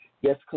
Yes